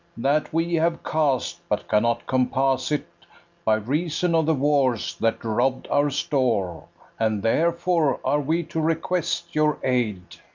that we have cast, but cannot compass it by reason of the wars, that robb'd our store and therefore are we to request your aid.